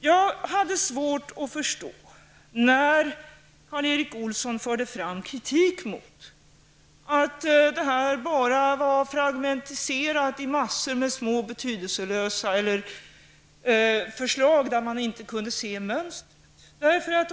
Jag hade svårt att förstå när Karl Erik Olsson framförde kritik mot att propositionen bestod av massor av fragmentariserade förslag där man inte kunde se mönstret.